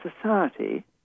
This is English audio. Society